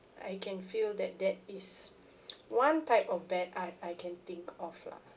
I can feel that that is one type of bad art I can think of lah